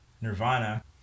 Nirvana